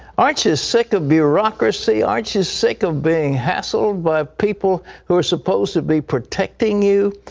aren't you sick of bureaucracy? aren't you sick of being hassled by people who are supposed to be protecting you?